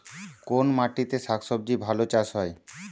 কোন মাটিতে শাকসবজী ভালো চাষ হয়?